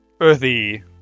earthy